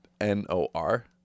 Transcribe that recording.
N-O-R